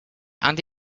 and